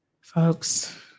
folks